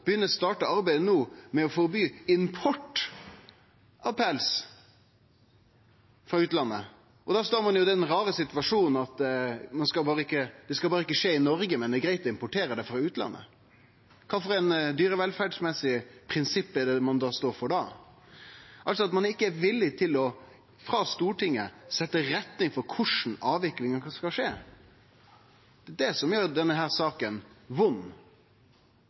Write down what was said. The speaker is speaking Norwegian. arbeidet med å forby import av pels frå utlandet. Da står ein i den rare situasjonen at det berre ikkje skal skje i Noreg, men at det er greitt å importere det frå utlandet. Kva slags dyrevelferdsmessige prinsipp er det ein står for da? Ein er altså ikkje villig til, frå Stortinget, å setje ei retning for korleis avviklinga skal skje. Det er det som gjer denne saka